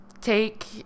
take